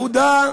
הודה,